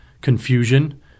confusion